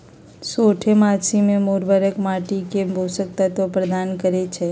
सोझें माटी में उर्वरक माटी के पोषक तत्व प्रदान करै छइ